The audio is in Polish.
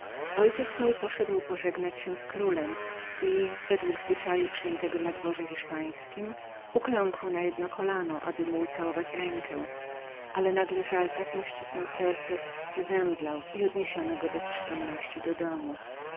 ojciec mój poszedł pożegnać się z królem i według zwyczaju przyjętego na dworze hiszpańskim ukląkł na jedno kolano aby mu ucałować rękę ale nagle żal tak mu ścisnął serce że zemdlał i odniesiono go bez przytomności do domu